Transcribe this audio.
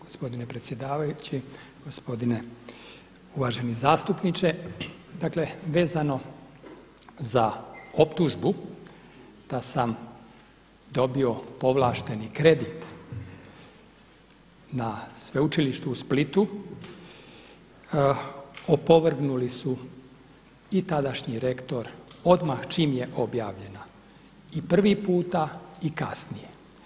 Gospodine predsjedavajući, gospodine uvaženi zastupniče dakle vezano za optužbu da sam dobio povlašteni kredit na Sveučilištu u Splitu opovrgnuli su i tadašnji rektor odmah čim je objavljena i prvi puta i kasnije.